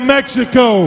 Mexico